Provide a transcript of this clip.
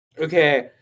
Okay